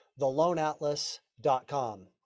theloanatlas.com